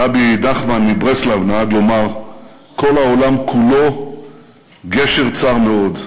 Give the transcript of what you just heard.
רבי נחמן מברסלב נהג לומר: "כל העולם כולו גשר צר מאוד".